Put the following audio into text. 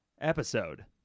episode